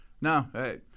No